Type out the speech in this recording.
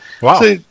Wow